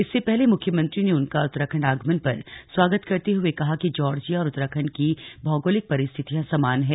इससे पहले मुख्यमंत्री ने उनका उत्तराखण्ड आगमन पर स्वागत करते हुए कहा कि जॉर्जिया और उत्तराखण्ड की भौगोलिक परिस्थितियां समान हैं